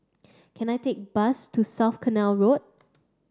can I take a bus to South Canal Road